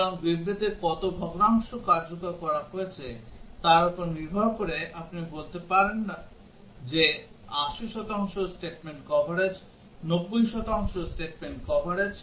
সুতরাং বিবৃতির কত ভগ্নাংশ কার্যকর করা হয়েছে তার উপর নির্ভর করে আপনি বলতে পারেন যে 80 শতাংশ statement কভারেজ 90 শতাংশ statement কভারেজ